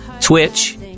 Twitch